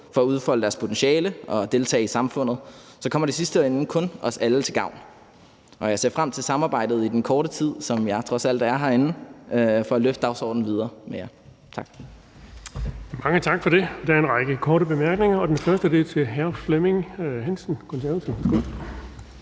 for at udfolde deres potentiale og deltage i samfundet, kommer det i sidste ende kun os alle til gavn, og jeg ser frem til samarbejdet i den korte tid, hvor jeg trods alt er herinde, og til at løfte dagsordenen videre med jer. Tak. Kl. 17:30 Den fg. formand (Erling Bonnesen): Mange tak for det. Der er en række korte bemærkninger, og den første er til hr. Niels Flemming Hansen,